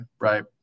right